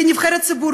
כנבחרת ציבור,